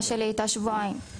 כמו שנאמר פה קודם,